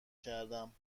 کردم